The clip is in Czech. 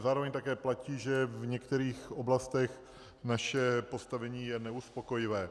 Zároveň ale také platí, že v některých oblastech naše postavení je neuspokojivé.